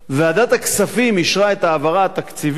ועדת הכספים אישרה את ההעברה התקציבית,